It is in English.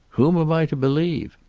whom am i to believe?